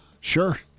Sure